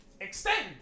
extend